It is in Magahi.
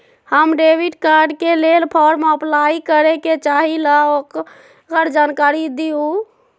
हम डेबिट कार्ड के लेल फॉर्म अपलाई करे के चाहीं ल ओकर जानकारी दीउ?